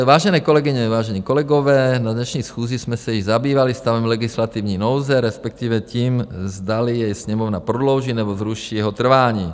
Vážené kolegyně, vážení kolegové, na dnešní schůzi jsme se již zabývali stavem legislativní nouze, respektive tím, zdali jej Sněmovna prodlouží, nebo zruší jeho trvání.